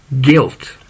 guilt